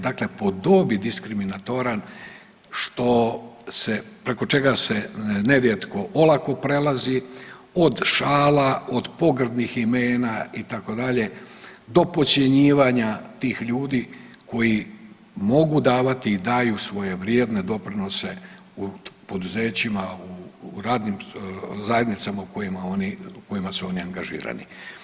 Dakle, po dobi diskriminatoran što se, preko čega se narijetko olako prelazi, od šala, od pogrdnih imena itd., do podcjenjivati tih ljudi koji mogu davati i daju svoje vrijedne doprinose u poduzećima, u radnim zajednicama u kojima oni, u kojima su oni angažirani.